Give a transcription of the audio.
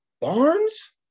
Barnes